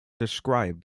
described